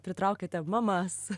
pritraukėte mamas